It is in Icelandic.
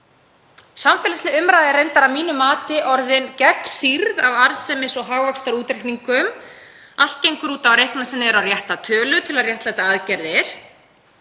Samfélagsleg umræða er reyndar að mínu mati orðin gegnsýrð af arðsemis- og hagvaxtarútreikningum; allt gengur út á að reikna sig niður á rétta tölu til að réttlæta aðgerðir.